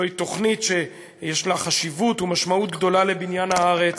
זוהי תוכנית שיש לה חשיבות ומשמעות גדולה לבניין הארץ,